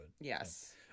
yes